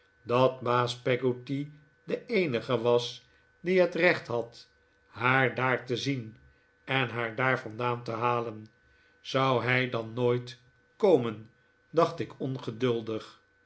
dat baas peggotty de eenige was die het recht had haar daar te zien en haar daar vandaan te halen zou hij dan nooit komen dacht ik ongeduldig